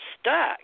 stuck